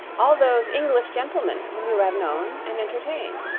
all those english gentlemen whom you have known and entertained.